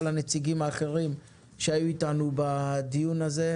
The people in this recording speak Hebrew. הנציגים האחרים שהיו איתנו בדיון הזה,